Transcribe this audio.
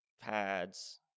pads